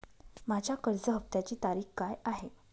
माझ्या कर्ज हफ्त्याची तारीख काय आहे?